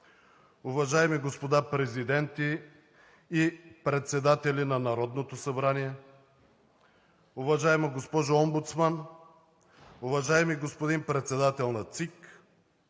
уважаеми господа президенти и председатели на Народното събрание, уважаема госпожо Омбудсман, уважаеми господин Председател на ЦИК,